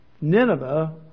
Nineveh